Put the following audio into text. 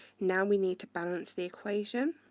now we need to balance the equation.